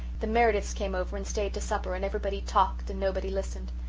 the merediths came over and stayed to supper and everybody talked and nobody listened.